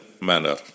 manner